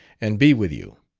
and be with you.